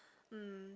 mm